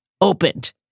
opened